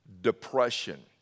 depression